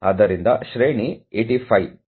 ಆದ್ದರಿಂದ 85 ಶ್ರೇಣಿ